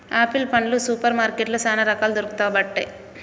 apple పండ్లు super మార్కెట్లో చానా రకాలు దొరుకబట్టె